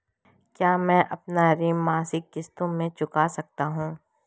क्या मैं अपना ऋण मासिक किश्तों में चुका सकता हूँ?